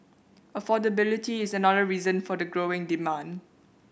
affordability is another reason for the growing demand